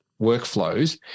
workflows